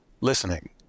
listening